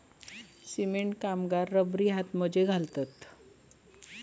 cement कामगार रबरी हातमोजे घालतत